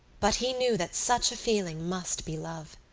but he knew that such a feeling must be love.